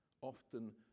Often